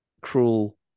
cruel